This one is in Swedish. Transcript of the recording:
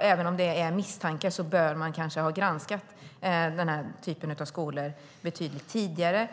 Även om det är misstankar borde man ha granskat den här typen av skolor betydligt tidigare.